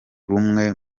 rumwe